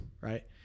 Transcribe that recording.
right